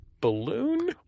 balloon